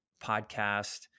podcast